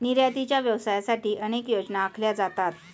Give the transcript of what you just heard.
निर्यातीच्या व्यवसायासाठी अनेक योजना आखल्या जातात